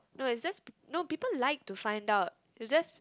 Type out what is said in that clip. no it just no people like to find out it just